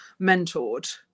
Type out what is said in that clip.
mentored